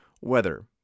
weather